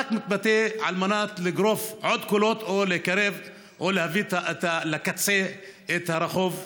רק מתבטא על מנת לגרוף עוד קולות או לקרב ולהביא לקצה את הרחוב במדינה,